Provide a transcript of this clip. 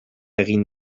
egin